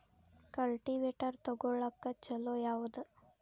Cultivator ತೊಗೊಳಕ್ಕ ಛಲೋ ಯಾವದ?